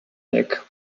deck